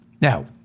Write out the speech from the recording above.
Now